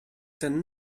ten